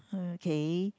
uh K